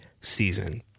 season